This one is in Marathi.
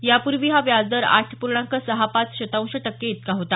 यापूर्वी हा व्याजदर आठ पूर्णांक सहा पाच शतांश टक्के इतका होता